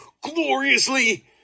gloriously